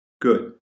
Good